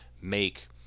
make